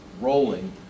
rolling